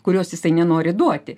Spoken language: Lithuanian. kurios jisai nenori duoti